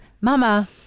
Mama